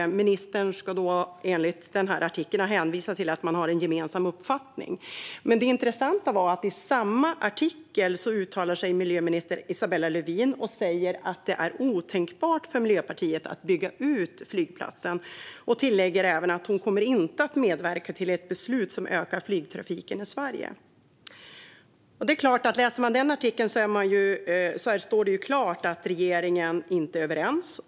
Ministern ska enligt artikeln ha hänvisat till att man har en gemensam uppfattning. Men det intressanta är att miljöminister Isabella Lövin i samma artikel uttalar sig och säger att det är otänkbart för Miljöpartiet att bygga ut flygplatsen. Hon tillägger även att hon inte kommer att medverka till ett beslut som ökar flygtrafiken i Sverige. Läser man den artikeln inser man klart att regeringen inte är överens.